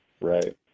right